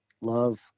love